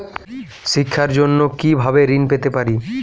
শিক্ষার জন্য কি ভাবে ঋণ পেতে পারি?